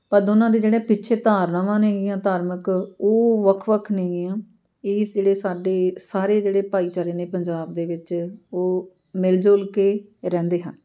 ਪਰ ਦੋਨਾਂ ਦੇ ਜਿਹੜੇ ਪਿੱਛੇ ਧਾਰਨਾਵਾਂ ਨੇਗੀਆਂ ਧਾਰਮਿਕ ਉਹ ਵੱਖ ਵੱਖ ਨੇਗੀਆ ਇਸ ਜਿਹੜੇ ਸਾਡੇ ਸਾਰੇ ਜਿਹੜੇ ਭਾਈਚਾਰੇ ਨੇ ਪੰਜਾਬ ਦੇ ਵਿੱਚ ਉਹ ਮਿਲ ਜੁਲ ਕੇ ਰਹਿੰਦੇ ਹਨ